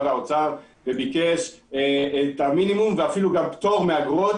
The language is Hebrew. ולשר האוצר וביקש את המינימום ואפילו גם פטור מאגרות.